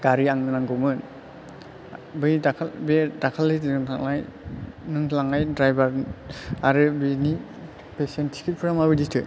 गारि आंनो नांगौमोन बै दाखालि जों थांनाय नों लांनाय द्रायबार आरो बेनि बेसेन टिकिटफ्रा माबादिथो